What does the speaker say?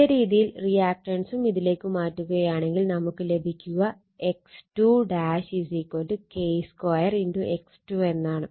ഇതേ രീതിയിൽ റിയാക്റ്റൻസും ഇതിലേക്ക് മാറ്റുകയാണെങ്കിൽ നമുക്ക് ലഭിക്കുക X2 K 2 X2 എന്നാണ്